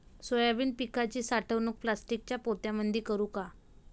Soybean पिकाची साठवणूक प्लास्टिकच्या पोत्यामंदी करू का?